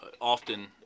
often